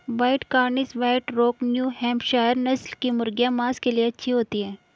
white Cornish, White Rock, New Hampshire नस्ल की मुर्गियाँ माँस के लिए अच्छी होती हैं